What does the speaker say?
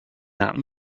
that